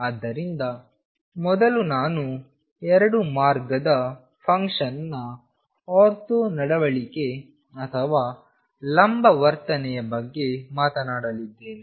ಆದ್ದರಿಂದ ಮೊದಲು ನಾನು 2 ಮಾರ್ಗದ ಫಂಕ್ಷನ್ನ ಆರ್ಥೋ ನಡವಳಿಕೆ ಅಥವಾ ಲಂಬ ವರ್ತನೆಯ ಬಗ್ಗೆ ಮಾತನಾಡಲಿದ್ದೇನೆ